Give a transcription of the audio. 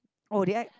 oh did I